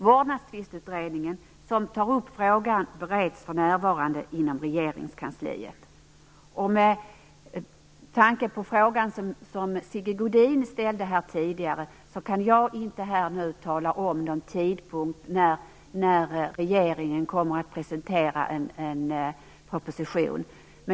Vårdnadstvistutredningen, som tar upp frågan, bereds för närvarande inom Regeringskansliet. Beträffande den fråga som Sigge Godin ställde tidigare, kan jag inte här och nu tala om någon tidpunkt då regeringen kommer att presentera en proposition.